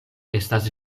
estas